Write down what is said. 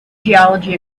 geology